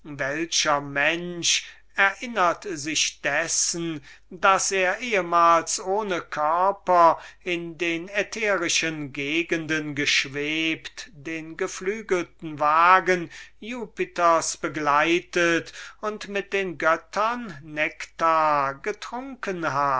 welcher mensch erinnert sich dessen daß er ehmals ohne körper in den ätherischen gegenden geschwebt den geflügelten wagen jupiters begleitet und mit den göttern nektar getrunken